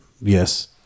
Yes